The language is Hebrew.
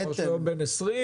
נאמר שהוא היה בן 20,